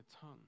tongue